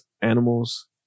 Animals